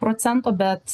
procento bet